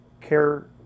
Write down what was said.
care